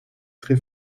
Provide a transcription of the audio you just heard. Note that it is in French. très